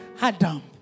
Adam